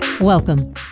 Welcome